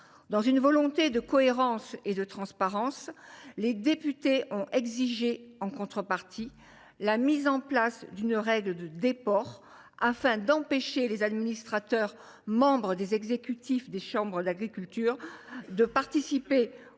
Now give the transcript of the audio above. Dans un souci de cohérence et de transparence, les députés ont exigé en contrepartie l’instauration d’une règle de déport, afin d’empêcher les administrateurs membres des exécutifs des chambres d’agriculture de participer aux travaux